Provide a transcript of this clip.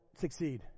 succeed